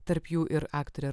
tarp jų ir aktorė